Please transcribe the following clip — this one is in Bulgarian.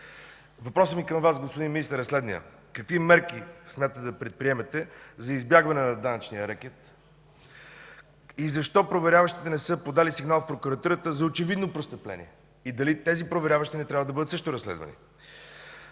Въпросът ми към Вас, господин Министър, е следният: какви мерки смятате да предприемете за избягване на данъчния рекет и защо проверяващите не са подали сигнал в Прокуратурата за очевидното престъпление? Дали тези проверяващи не трябва да бъдат също разследвани,